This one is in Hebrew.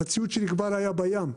הציוד שלי כבר היה בים,